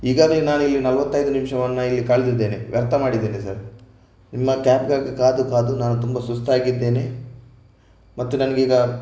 ಈಗಾಗಲೇ ನಾನಿಲ್ಲಿ ನಲ್ವತ್ತೈದು ನಿಮಿಷವನ್ನು ಇಲ್ಲಿ ಕಳೆದಿದ್ದೇನೆ ವ್ಯರ್ಥ ಮಾಡಿದ್ದೇನೆ ಸರ್ ನಿಮ್ಮ ಕ್ಯಾಬ್ಗಾಗಿ ಕಾದು ಕಾದು ನಾನು ತುಂಬ ಸುಸ್ತಾಗಿದ್ದೇನೆ ಮತ್ತು ನನಗೀಗ